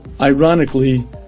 Ironically